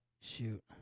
shoot